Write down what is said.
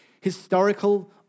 historical